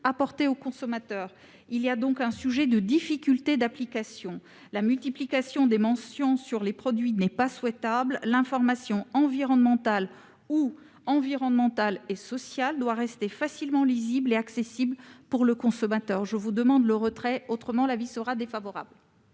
apportées aux consommateurs. Il y a donc un sujet de difficulté d'application. La multiplication des mentions sur les produits n'est pas souhaitable : l'information environnementale ou environnementale et sociale doit rester facilement lisible et accessible pour les consommateurs. Je demande donc le retrait de cet amendement ; à défaut,